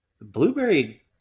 blueberry